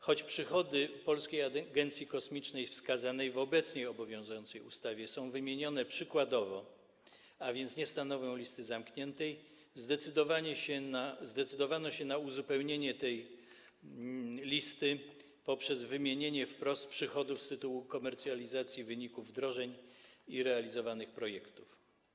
Choć przychody Polskiej Agencji Kosmicznej wskazane w obecnie obowiązującej ustawie są wymienione przykładowo, a więc nie stanowią listy zamkniętej, zdecydowano się na uzupełnienie tej listy poprzez wymienienie wprost przychodów z tytułu komercjalizacji wyników wdrożeń i realizowanych projektów.